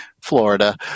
Florida